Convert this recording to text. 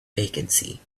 vacancy